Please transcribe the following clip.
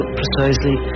precisely